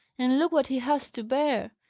and look what he has to bear!